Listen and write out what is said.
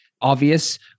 obvious